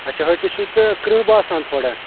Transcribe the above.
اچھا ۂٹِس چھُے ژےٚ کٕرٛہہ باسان تھوڑا